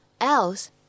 else